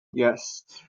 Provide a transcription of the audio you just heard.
yes